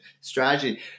strategy